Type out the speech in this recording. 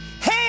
Hey